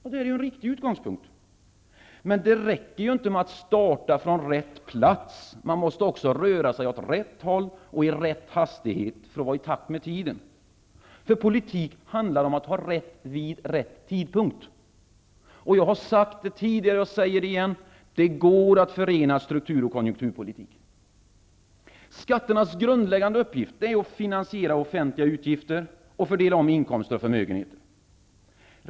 Detta är en riktig utgångspunkt. Men det räcker inte med att starta från rätt plats. Man måste också röra sig åt rätt håll och i rätt hastighet för att vara i takt med tiden. Politik handlar nämligen om att ha rätt vid rätt tidpunkt. Jag har sagt det tidigare, och jag säger det igen: Det går att förena struktur och konjunkturpolitik. Skatternas grundläggande uppgift är att finansiera offentliga utgifter och fördela om inkomster och förmögenheter.